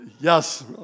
Yes